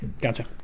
Gotcha